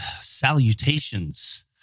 salutations